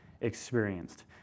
experienced